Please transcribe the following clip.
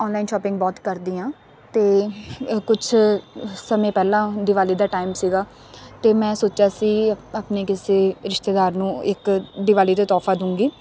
online shopping ਬਹੁਤ ਕਰਦੀ ਹਾਂ ਅਤੇ ਕੁਝ ਸਮੇਂ ਪਹਿਲਾਂ ਦਿਵਾਲੀ ਦਾ ਟਾਈਮ ਸੀਗਾ ਅਤੇ ਮੈਂ ਸੋਚਿਆ ਸੀ ਆਪਣੇ ਕਿਸੇ ਰਿਸ਼ਤੇਦਾਰ ਨੂੰ ਇੱਕ ਦਿਵਾਲੀ ਦਾ ਤੋਹਫਾ ਦੂੰਗੀ